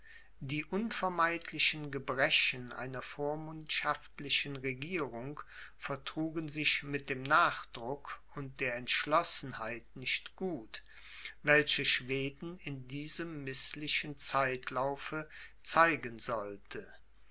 die unvermeidlichen gebrechen einer vormundschaftlichen regierung vertrugen sich mit dem nachdruck und der entschlossenheit nicht gut welche schweden in diesem mißlichen zeitlaufe zeigen sollte